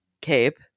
cape